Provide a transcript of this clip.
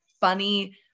funny